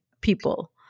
people